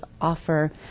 offer